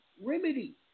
remedy